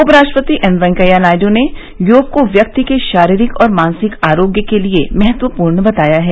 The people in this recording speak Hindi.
उपराष्ट्रपति एम वेंकैया नायडू ने योग को व्यक्ति के शारीरिक और मानसिक आरोग्य के लिये महत्वपूर्ण बताया है